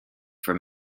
from